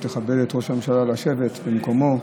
שתכבד את ראש הממשלה לשבת במקומו.